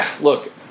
look